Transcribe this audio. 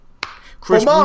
Chris